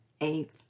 eighth